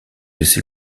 laissé